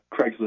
Craigslist